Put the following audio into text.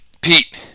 Pete